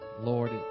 Lord